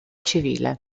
civile